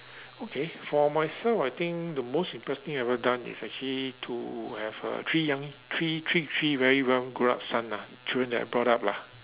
okay for myself I think the most impressive I ever done is actually to have a three young three three three very well grow up son ah children that I brought up lah